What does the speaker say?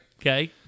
Okay